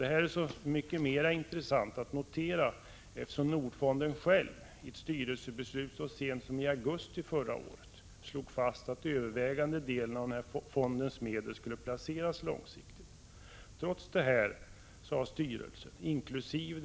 Det här är så mycket mera intressant att notera som Nordfonden själv i ett styrelsebeslut så sent som i augusti förra året slog fast att den övervägande delen av fondens medel skulle placeras långsiktigt. Trots detta har styrelsen, inkl.